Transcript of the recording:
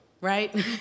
right